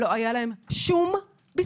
שלא היה להן שום ביסוס.